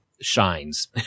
shines